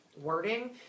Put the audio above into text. wording